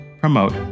promote